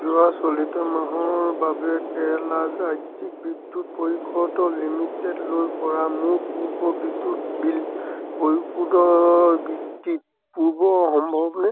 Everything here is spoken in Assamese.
যোৱা চলিত মাহৰ বাবে কেৰেলা ৰাজ্যিক বিদ্যুৎ পৰিষদ লিমিটেডলৈ কৰা মোৰ পূৰ্বৰ বিদ্যুৎ বিল পৰিশোধৰ বিবৃতি পূৰ্ব সম্ভৱনে